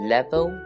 Level